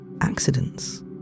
accidents